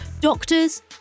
doctors